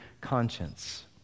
conscience